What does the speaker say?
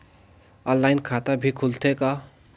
Online खाता भी खुलथे का?